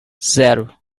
zero